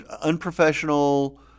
unprofessional